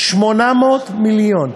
800 מיליון.